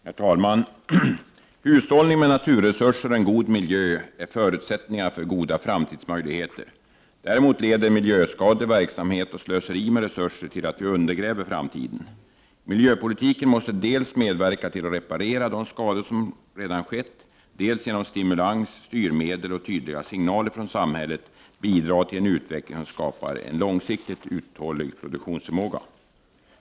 Herr talman! Hushållning med naturresurser och en god miljö är förutsättningar för goda framtidsmöjligheter, medan däremot miljöskadlig verksamhet och slöseri med resurser undergräver möjligheterna till framtida goda livsbetingelser. Miljöpolitiken måste dels medverka till att reparera de skador som redan skett, dels genom stimulans, styrmedel och tydliga signaler från samhället bidra till en utveckling som skapar en långsiktigt uthållig produktionsförmåga.